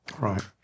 Right